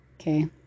Okay